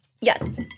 Yes